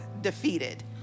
Defeated